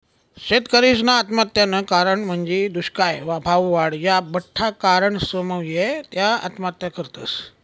शेतकरीसना आत्महत्यानं कारण म्हंजी दुष्काय, भाववाढ, या बठ्ठा कारणसमुये त्या आत्महत्या करतस